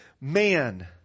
man